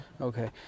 Okay